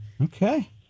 Okay